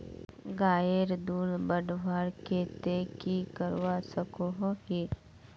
गायेर दूध बढ़वार केते की करवा सकोहो ही?